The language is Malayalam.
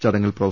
ചടങ്ങിൽ പ്രൊഫ